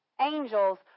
angels